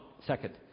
second